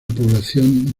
población